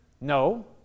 No